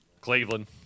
Cleveland